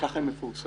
ככה הם מפורסמים.